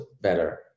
better